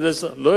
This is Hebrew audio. יש משא-ומתן.